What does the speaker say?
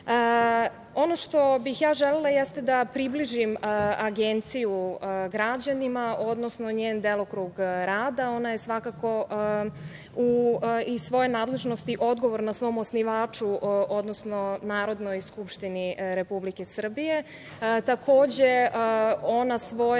što bih ja želela jeste da približim Agenciju građanima, odnosno njen delokrug rada. Ona je svakako iz svoje nadležnosti odgovorna svom osnivaču, odnosno Narodnoj skupštini Republike Srbije.